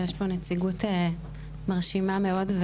יש פה נציגות מרשימה מאוד,